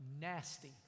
Nasty